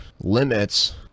limits